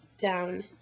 down